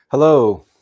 Hello